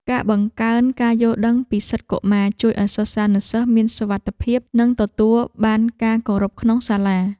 ការបង្កើនការយល់ដឹងពីសិទ្ធិកុមារជួយឱ្យសិស្សានុសិស្សមានសុវត្ថិភាពនិងទទួលបានការគោរពក្នុងសាលា។